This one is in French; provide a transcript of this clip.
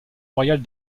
royale